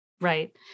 Right